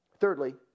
Thirdly